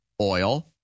Oil